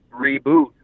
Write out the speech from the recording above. reboot